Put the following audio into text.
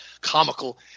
comical